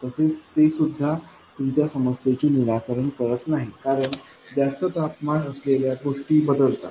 तसेच ते सुद्धा तुमच्या समस्येचे निराकरण करत नाही कारण जास्त तापमान असलेल्या गोष्टी बदलतात